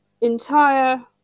entire